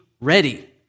ready